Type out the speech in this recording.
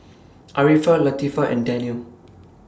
Arifa Latifa and Daniel